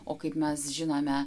o kaip mes žinome